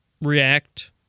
react